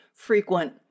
Frequent